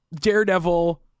daredevil